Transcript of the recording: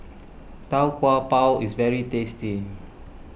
Tau Kwa Pau is very tasty